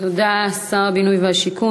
תודה, שר הבינוי והשיכון.